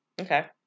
Okay